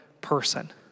person